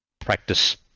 practice